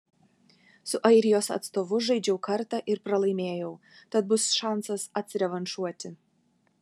su airijos atstovu žaidžiau kartą ir pralaimėjau tad bus šansas atsirevanšuoti